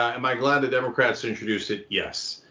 am i glad that democrats introduced it? yes.